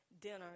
dinner